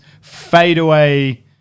fadeaway